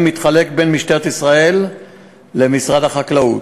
מתחלק בין משטרת ישראל למשרד החקלאות,